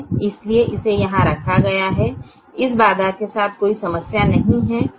इसलिए इसे यहां रखा गया है इस बाधा के साथ कोई समस्या नहीं है